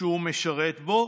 שהוא משרת בו,